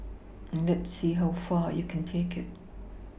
and let's see how far you can take it